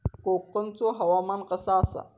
कोकनचो हवामान कसा आसा?